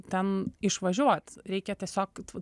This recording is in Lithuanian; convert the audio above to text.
ten išvažiuot reikia tiesiog